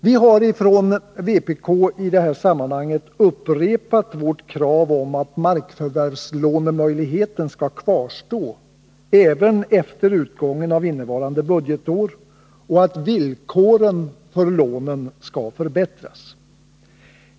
Vi har från vpk i detta sammanhang upprepat vårt krav om att möjligheten till markförvärvslån skall kvarstå även efter utgången av innevarande budgetår och att villkoren för lånen skall förbättras.